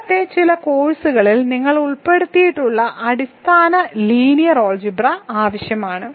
മുമ്പത്തെ ചില കോഴ്സുകളിൽ നിങ്ങൾ ഉൾപ്പെടുത്തിയിട്ടുള്ള അടിസ്ഥാന ലീനിയർ ആൾജിബ്ര ആവശ്യമാണ്